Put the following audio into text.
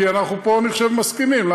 כי אני חושב שאנחנו מסכימים פה.